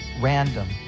random